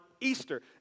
Easter